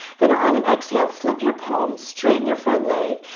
then, on an exhale, flip your palms, straighten your front leg,